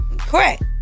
Correct